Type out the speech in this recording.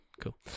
cool